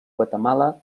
guatemala